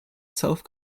south